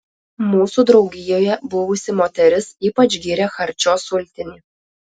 mūsų draugijoje buvusi moteris ypač gyrė charčio sultinį